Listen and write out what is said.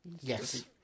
Yes